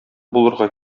булырга